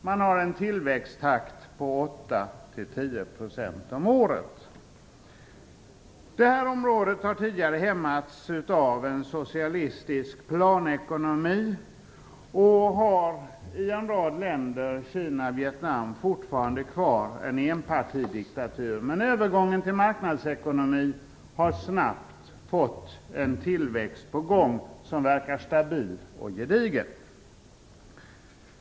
Man har en tillväxttakt på 8-10 % om året. Detta område har tidigare hämmats av en socialistisk planekonomi. En rad länder, t.ex. Kina och Vietnam, har kvar en enpartidiktatur. Övergången till marknadsekonomi har snabbt fått en tilväxt på gång som verkar stabil och gedigen.